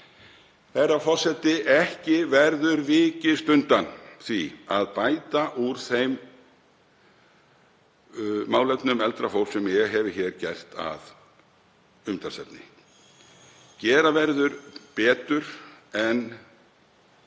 Herra forseti. Ekki verður vikist undan því að bæta úr þeim málefnum eldra fólks sem ég hef hér gert að umtalsefni. Gera verður betur en